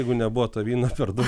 jeigu nebuvo to vyno per dau